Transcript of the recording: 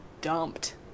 dumped